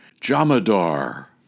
Jamadar